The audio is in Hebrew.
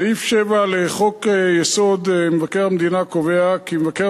סעיף 7 לחוק-יסוד: מבקר המדינה קובע כי מבקר